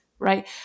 Right